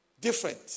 different